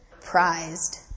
prized